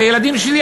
הילדים שלי,